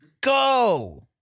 go